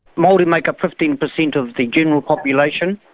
maori make up fifteen percent of the general population.